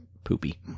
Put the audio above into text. poopy